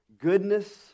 goodness